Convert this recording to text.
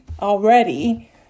already